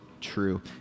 true